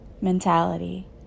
mentality